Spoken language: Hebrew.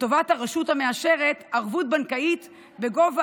לטובת הרשות המאשרת ערבות בנקאית בגובה